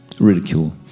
Ridicule